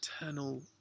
eternal